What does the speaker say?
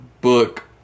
Book